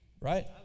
Right